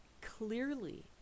clearly